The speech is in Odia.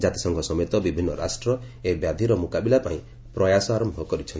ଜାତିସଂଘ ସମେତ ବିଭିନ୍ନ ରାଷ୍ଟ୍ର ଏହି ବ୍ୟାଧିର ମୁକାବିଲା ପାଇଁ ପ୍ରୟାସ ଆରମ୍ଭ କରିଛନ୍ତି